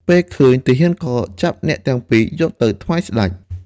ពេលឃើញ ទាហានក៏ចាប់អ្នកទាំងពីរយកទៅថ្វាយស្ដេច។